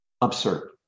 absurd